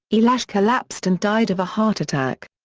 eliash collapsed and died of a heart attack.